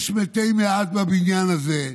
יש מתי מעט בבניין הזה,